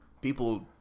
people